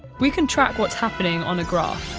we can track what's happening on a graph.